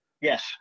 yes